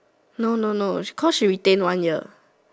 no no no cause she retain one year